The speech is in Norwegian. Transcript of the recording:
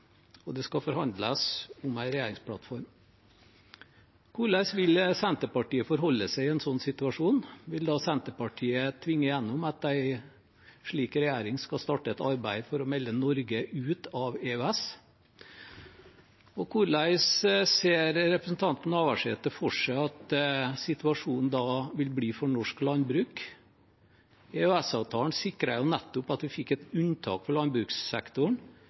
og det skal forhandles om en regjeringsplattform. Hvordan vil Senterpartiet forholde seg i en slik situasjon? Vil da Senterpartiet tvinge gjennom at en slik regjering skal starte et arbeid for å melde Norge ut av EØS? Og hvordan ser representanten Navarsete for seg at situasjonen da vil bli for norsk landbruk? EØS-avtalen sikret jo nettopp at vi fikk et unntak på landbrukssektoren